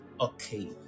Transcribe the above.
okay